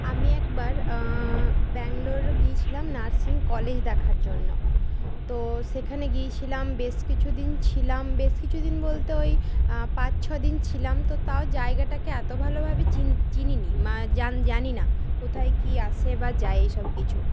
আমি একবার ব্যাঙ্গালোর গিয়েছিলাম নার্সিং কলেজ দেখার জন্য তো সেখানে গিয়েছিলাম বেশ কিছুদিন ছিলাম বেশ কিছুদিন বলতে ওই পাঁচ ছদিন ছিলাম তো তাও জায়গাটাকে এতো ভালো ভাবে চিন চিনিনি জান জানিনা কোথায় কী আসে বা যায় এইসব কিছু